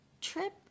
trip